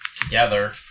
together